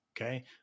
Okay